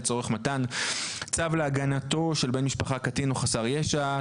לצורך מתן צו הגנה להגנתו של בן משפחה קטין או חסר ישע.